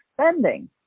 spending